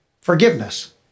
forgiveness